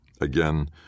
Again